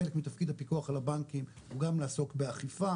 חלק מתפקיד הפיקוח על הבנקים הוא גם לעסוק באכיפה,